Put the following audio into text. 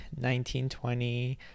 1920